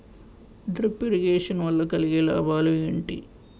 Drip irrigation వల్ల కలిగే లాభాలు ఏంటి?